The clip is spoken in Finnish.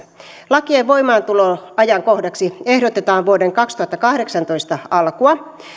lakien voimaantuloajankohdaksi ehdotetaan vuoden kaksituhattakahdeksantoista alkua